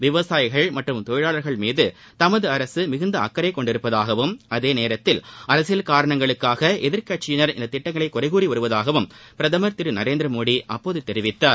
விவசாயிகள் மற்றம் தொழிலாளர்கள் மீது தமது அரசு மிகுந்த அக்கறை கொண்டுள்ளதாகவும் அதேநேரத்தில் அரசியல் காரணங்களுக்காக எதிர்க்கட்சியினர் இந்த திட்டங்களை வருவதாகவும் குறைகூறி பிரதமர் திரு நரேந்திரமோடி அப்போது தெரிவித்தார்